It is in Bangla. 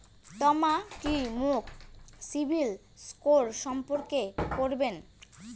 তমা কি মোক সিবিল স্কোর সম্পর্কে কবেন?